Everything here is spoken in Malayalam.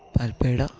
പാൽപ്പേട